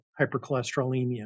hypercholesterolemia